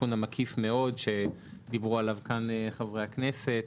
התיקון המקיף מאוד שדברו עליו כאן חברי הכנסת,